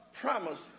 promise